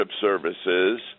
services